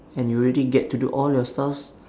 and you already get to do all your stuff